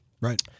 right